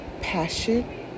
passion